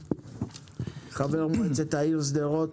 חבר מועצת העיר שדרות,